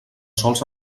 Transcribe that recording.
sols